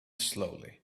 slowly